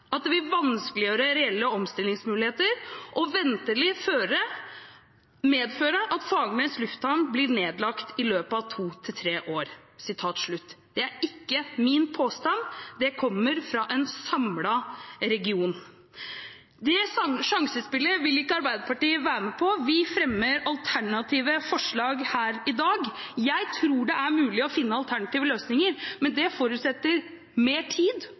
at det vil vanskeliggjøre reelle omstillingsmuligheter og ventelig medføre at Fagernes lufthavn blir nedlagt i løpet av 2–3 år.» Det er ikke min påstand. Den kommer fra en samlet region. Arbeiderpartiet vil ikke være med på dette sjansespillet. Vi fremmer alternative forslag her i dag. Jeg tror det er mulig å finne alternative løsninger, men det forutsetter mer tid